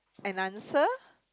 an answer